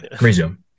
Resume